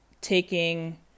taking